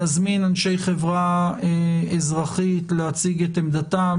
נזמין אנשי חברה אזרחית להציג את עמדתם,